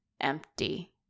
empty